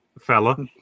fella